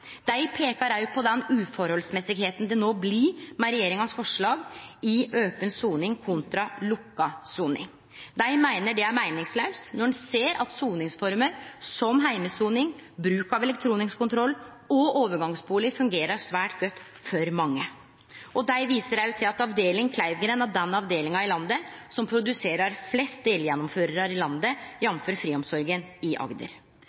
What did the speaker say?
Dei peikar òg på den uforholdsmessigheita det no blir, med regjeringas forslag, i open soning kontra lukka soning. Dei meiner det er meiningslaust, når ein ser at soningsformer som heimesoning, bruk av elektronisk kontroll og overgangsbustad fungerer svært godt for mange. Dei viser òg til at avdeling Kleivgrend er den avdelinga i landet som produserer flest delgjennomførarar, jf. Friomsorgen i Agder.